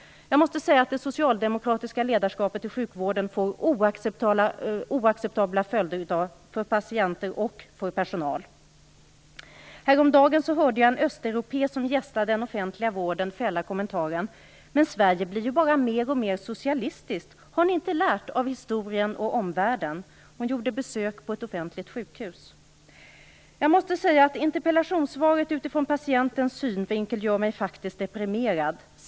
Det socialdemokratiska ledarskapet i sjukvården får i dag oacceptabla följder för patienter och för personal. Häromdagen hörde jag en östeuropé som gästade den offentliga vården fälla kommentaren: Sverige blir bara mer och mer socialistiskt. Har ni inte lärt av historien och omvärlden? Hon gjorde ett besök på ett offentligt sjukhus. Sett ur patientens synvinkel gör interpellationssvaret mig faktiskt deprimerad.